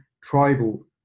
tribal